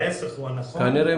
ההיפך הוא הנכון.